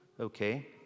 okay